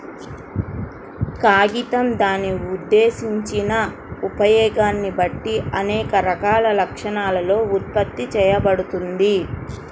కాగితం దాని ఉద్దేశించిన ఉపయోగాన్ని బట్టి అనేక రకాల లక్షణాలతో ఉత్పత్తి చేయబడుతుంది